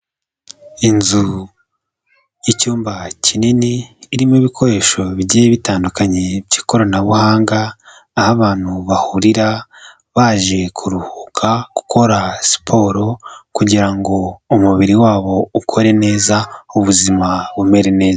Inzu y'icyumba kinini, irimo ibikoresho bigiye bitandukanye by'ikoranabuhanga, aho abantu bahurira baje kuruhuka, gukora siporo kugira ngo umubiri wabo ukore neza, ubuzima bumere neza.